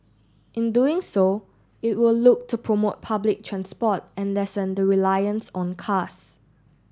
in doing so it will look to promote public transport and lessen the reliance on cars